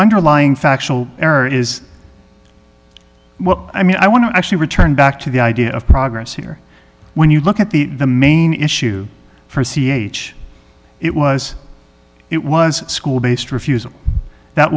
underlying factual error is what i mean i want to actually return back to the idea of progress here when you look at the the main issue for c h it was it was school based refusal that